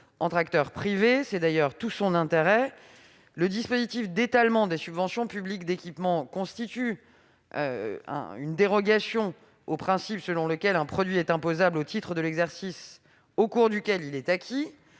entre acteurs privés ; c'est d'ailleurs tout son intérêt. Le dispositif d'étalement des subventions publiques d'équipement constitue une dérogation au principe selon lequel un produit est imposable au titre de l'exercice au cours duquel il est acquis.